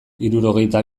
hirurogeita